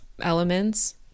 elements